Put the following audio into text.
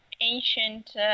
ancient